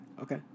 Okay